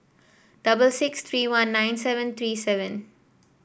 double six three one nine seven three seven